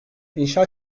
inşa